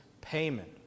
payment